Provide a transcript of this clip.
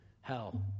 hell